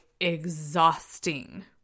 exhausting